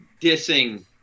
dissing